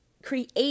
Create